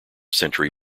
century